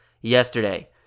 yesterday